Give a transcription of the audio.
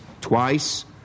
twice